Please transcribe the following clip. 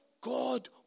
God